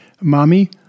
Mommy